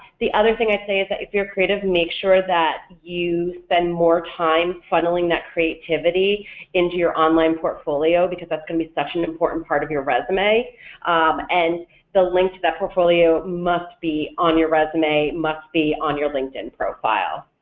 the other thing i'd say is that if you're a creative, make sure that you spend more time funneling that creativity into your online portfolio because that's going to be such an important part of your resume and the link to that portfolio must be on your resume, must be on your linkedin profile.